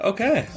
Okay